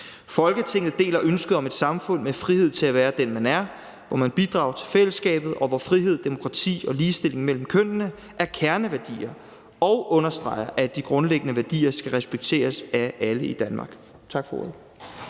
Folketinget deler ønsket om et samfund med frihed til at være den, man er, hvor man bidrager til fællesskabet, og hvor frihed, demokrati og ligestilling mellem kønnene er kerneværdier, og understreger, at de grundlæggende værdier skal respekteres af alle i Danmark.« (Forslag